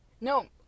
No